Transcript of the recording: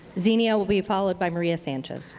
zennia will be followed by maria sanchez.